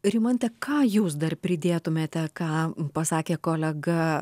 rimante ką jūs dar pridėtumėte ką pasakė kolega